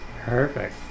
perfect